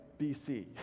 BC